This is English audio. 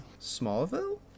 Smallville